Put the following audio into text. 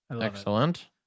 Excellent